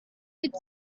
with